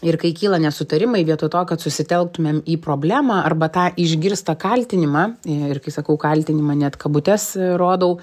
ir kai kyla nesutarimai vietoj to kad susitelktumėm į problemą arba tą išgirstą kaltinimą ir kai sakau kaltinimą net kabutes rodau